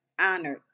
honored